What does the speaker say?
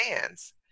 fans